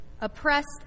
oppressed